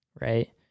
right